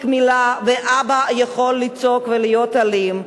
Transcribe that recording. מלה ואבא יכול לצעוק ולהיות אלים,